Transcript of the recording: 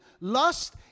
lust